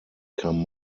kam